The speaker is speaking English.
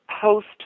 post